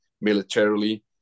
militarily